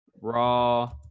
raw